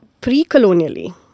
pre-colonially